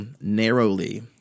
narrowly